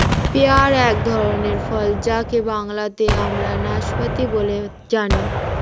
pair এক ধরনের ফল যাকে বাংলাতে আমরা নাসপাতি বলে জানি